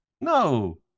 no